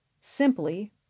simply